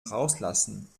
rauslassen